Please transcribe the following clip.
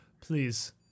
please